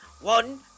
one